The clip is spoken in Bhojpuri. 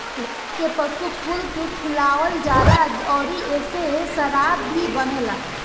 राई के पशु कुल के खियावल जाला अउरी एसे शराब भी बनेला